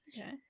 Okay